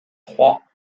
trois